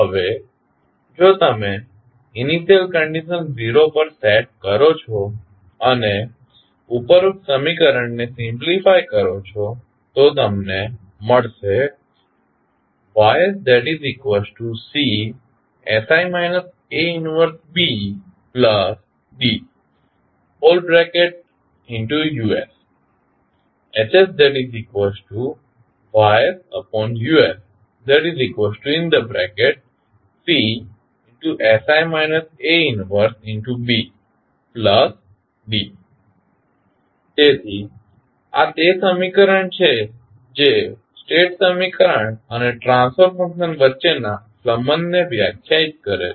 હવે જો તમે ઇન્શિયલ કંડીશન 0 પર સેટ કરો અને ઉપરોક્ત સમીકરણને સિમ્પ્લીફાય કરો તો તમને મળશે YsCsI A 1BDUs HsYUCsI A 1BD તેથી આ તે સમીકરણ છે જે સ્ટેટ સમીકરણ અને ટ્રાન્સફર ફંકશન વચ્ચેના સંબંધને વ્યાખ્યાયિત કરે છે